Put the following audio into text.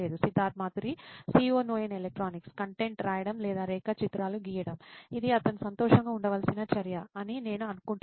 Siddharth Maturi CEO నోయిన్ electronics content రాయడం లేదా రేఖాచిత్రాలు గీయడం ఇది అతను సంతోషంగా ఉండవలసిన చర్య అని నేను అనుకుంటున్నాను